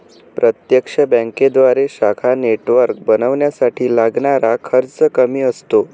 प्रत्यक्ष बँकेद्वारे शाखा नेटवर्क बनवण्यासाठी लागणारा खर्च कमी असतो